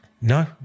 No